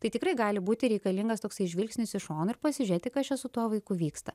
tai tikrai gali būti reikalingas toksai žvilgsnis į šoną ir pasižiūrėti kas čia su tuo vaiku vyksta